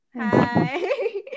Hi